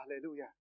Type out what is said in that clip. Hallelujah